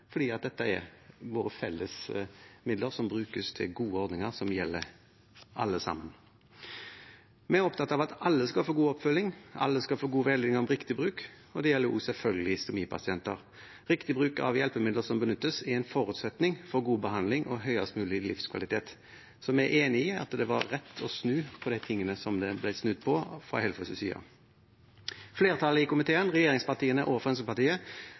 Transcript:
fordi det er våre felles midler som brukes til gode ordninger som gjelder alle sammen. Vi er opptatt av at alle skal få god oppfølging, alle skal få god veiledning om riktig bruk, og det gjelder selvfølgelig også stomipasienter. Riktig bruk av hjelpemidler som benyttes, er en forutsetning for god behandling og høyest mulig livskvalitet. Så vi er enig i at det var rett å snu når det gjelder de tingene der det ble snudd, fra Helfos side. Flertallet i komiteen, regjeringspartiene og Fremskrittspartiet,